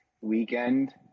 weekend